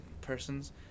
person's